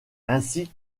ainsi